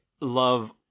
love